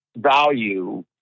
value